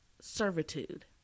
servitude